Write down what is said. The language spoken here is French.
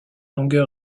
longueur